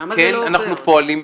למה זה לא עובר.